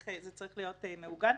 זה צריך להיות מעוגן.